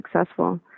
successful